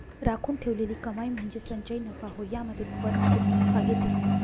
राखून ठेवलेली कमाई म्हणजे संचयी नफा होय यामध्ये फर्म पूर्ण नफा घेते